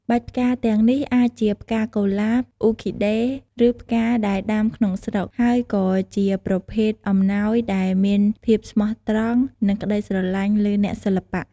បាច់ផ្កាទាំងនេះអាចជា ផ្កាកុលាប អ៊ូឃីដេ ឬផ្កាដែលដាំក្នុងស្រុក ហើយក៏ជាប្រភេទអំណោយដែលមានភាពស្មោះត្រង់ និងក្តីស្រឡាញ់លើអ្នកសិល្បៈ។